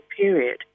period